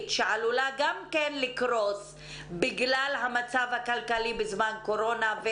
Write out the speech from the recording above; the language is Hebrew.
שעלולה גם כן לקרוס בגלל המצב הכלכלי בזמן קורונה.